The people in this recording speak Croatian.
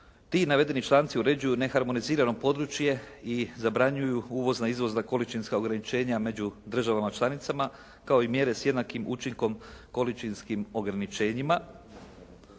Ti navedeni članci uređuju neharmonizirano područje i zabranjuju uvoz na izvoz za količinska ograničenja među državama članicama, kao i mjere s jednakim učinkom količinskim ograničenjima.